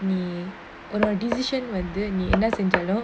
நீ ஒன்னோட:nee onnoda decision வந்து நீ என்ன செஞ்சாலு:vanthu nee enna senjaalu